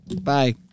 Bye